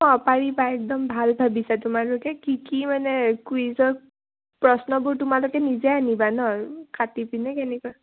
অঁ পাৰিবা একদম ভাল ভাবিছা তোমালোকে কি কি মানে কুইজৰ প্ৰশ্নবোৰ তোমালোকে নিজে আনিবা নহ্ কাটি পিনে কেনেকুৱা